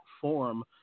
form